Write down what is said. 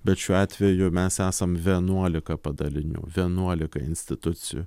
bet šiuo atveju mes esam vienuolika padalinių vienuolika institucijų